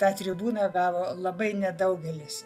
tą tribūną gavo labai nedaugelis